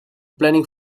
planning